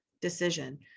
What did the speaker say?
decision